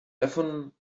davon